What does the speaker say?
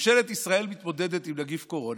ממשלת ישראל מתמודדת עם נגיף קורונה